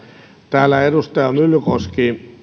täällä edustaja myllykoski